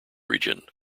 region